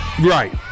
Right